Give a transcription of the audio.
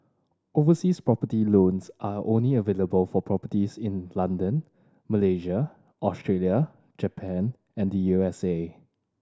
overseas property loans are only available for properties in London Malaysia Australia Japan and U S A